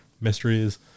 mysteries